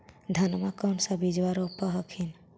धनमा कौन सा बिजबा रोप हखिन?